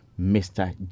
Mr